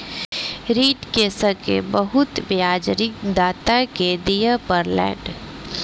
ऋण के संगै बहुत ब्याज ऋणदाता के दिअ पड़लैन